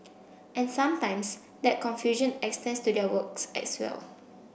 and sometimes that confusion extends to their works as well